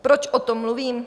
Proč o tom mluvím?